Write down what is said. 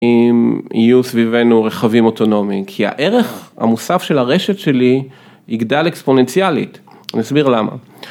אם יהיו סביבנו רכבים אוטונומיים, כי הערך המוסף של הרשת שלי יגדל אקספוננציאלית, אני אסביר למה.